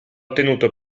ottenuto